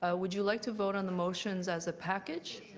ah would you like to vote on the motions as a package?